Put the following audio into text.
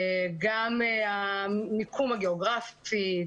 גם המיקום הגיאוגרפי,